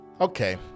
okay